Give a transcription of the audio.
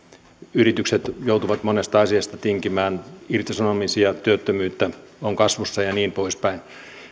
yritykset joutuvat monesta asiasta tinkimään irtisanomisia työttömyyttä on kasvussa ja niin poispäin